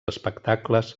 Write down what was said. espectacles